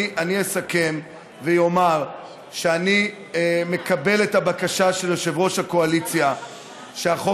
אני אסכם ואומר שאני מקבל את הבקשה של יושב-ראש הקואליציה שהחוק